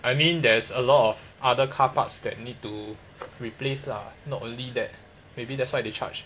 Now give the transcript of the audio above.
I mean there's a lot of other car parts that need to replace lah not only that maybe that's why they charged